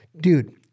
Dude